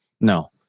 no